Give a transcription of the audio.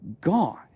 Gone